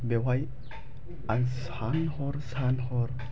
बेवहाय आं सान हर सान हर